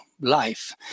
life